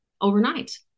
overnight